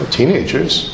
teenagers